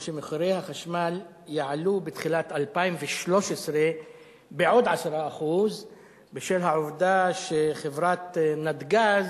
הוא שמחירי החשמל יעלו בתחילת 2013 בעוד 10% בשל העובדה שחברת נתג"ז,